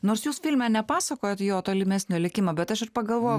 nors jūs filme nepasakojot jo tolimesnio likimo bet aš ir pagalvojau